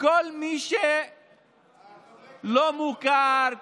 כל מי שלא מוכר כזה,